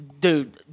dude